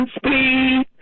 speed